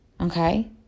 Okay